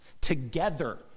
Together